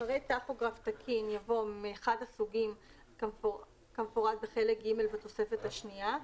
אחרי "טכוגרף תקין" יבוא "מאחד הסוגים כמפורט בחלק ג' בתוספת השניה";"